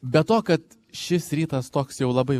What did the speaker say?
be to kad šis rytas toks jau labai